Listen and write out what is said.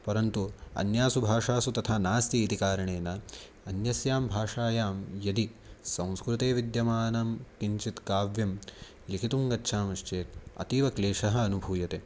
परन्तु अन्यासु भाषासु तथा नास्ति इति कारणेन अन्यस्यां भाषायां यदि संस्कृते विद्यमानं किञ्चित् काव्यं लिखितुं गच्छामश्चेत् अतीव क्लेशः अनुभूयते